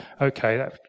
okay